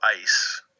Ice